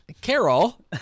carol